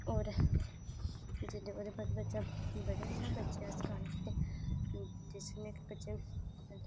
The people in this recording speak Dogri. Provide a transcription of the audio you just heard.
और जिसले ओहदे बच्चा आस्तै अस किचन